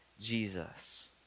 Jesus